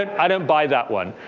i don't buy that one.